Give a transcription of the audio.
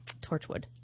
Torchwood